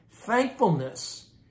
Thankfulness